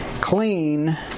clean